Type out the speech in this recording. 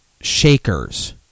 shakers